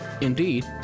Indeed